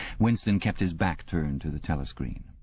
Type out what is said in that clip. winston kept his back turned to the telescreen.